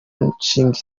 mishinga